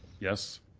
yes.